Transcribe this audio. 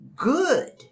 Good